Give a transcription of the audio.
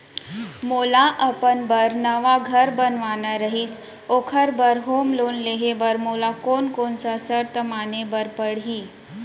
मोला अपन बर नवा घर बनवाना रहिस ओखर बर होम लोन लेहे बर मोला कोन कोन सा शर्त माने बर पड़ही?